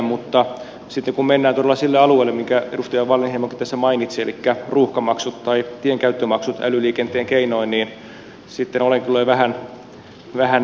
mutta sitten kun mennään todella sille alueelle minkä edustaja wallinheimokin tässä mainitsi elikkä ruuhkamaksut tai tienkäyttömaksut älyliikenteen keinoin olen kyllä jo vähän nihkeämpi